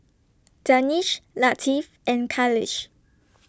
Danish Latif and Khalish